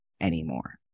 anymore